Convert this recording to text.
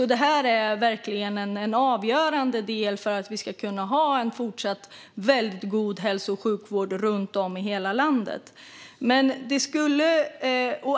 Det här är verkligen en avgörande del för att vi även i fortsättningen ska ha en god hälso och sjukvård runt om i hela landet.